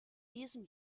diesem